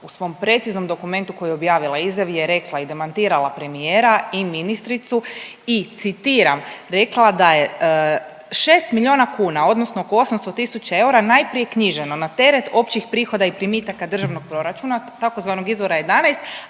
u svom preciznom dokumentu koji je objavila, izjavi je rekla i demantirala premijera i ministricu i citiram, rekla da je 6 milijuna kuna, odnosno oko 800 000 eura najprije knjiženo na teret općih prihoda i primitaka Državnog proračuna, takozvanog izvora 11,